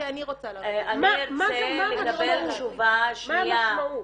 אני ארצה לקבל תשובה --- מה המשמעות,